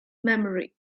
memory